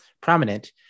prominent